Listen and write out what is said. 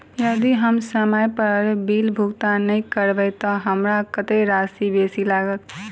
यदि हम समय पर बिल भुगतान नै करबै तऽ हमरा कत्तेक राशि बेसी लागत?